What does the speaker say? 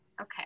Okay